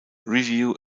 review